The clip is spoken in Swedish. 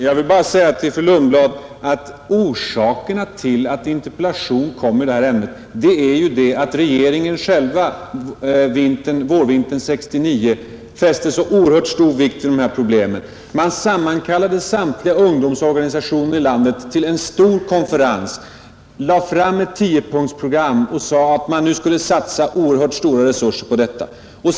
Fru talman! Jag vill bara säga till fru Lundblad att orsakerna till att interpellationen kom i detta ärende är att regeringen själv vårvintern 1969 fäste så oerhört stor vikt vid detta problem. Man sammankallade alla ungdomsorganisationer i landet till en stor konferens, lade fram ett tiopunktsprogram och sade att man nu skulle satsa oerhört stora resurser på detta.